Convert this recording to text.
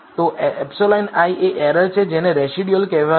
તો εi એ એરર છે જેને રેસિડયુઅલ કહેવાશે